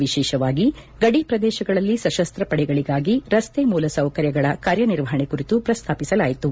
ವಿಶೇಷವಾಗಿ ಗಡಿ ಪ್ರದೇಶಗಳಲ್ಲಿ ಸಶಸ್ತ ಪಡೆಗಳಿಗಾಗಿ ರಸ್ತೆ ಮೂಲ ಸೌಕರ್ಯಗಳ ಕಾರ್ಯನಿರ್ವಹಣೆ ಕುರಿತು ಪ್ರಸ್ತಾಪಿಸಲಾಯಿತು